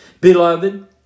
Beloved